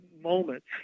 moments